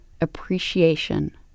appreciation